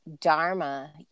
Dharma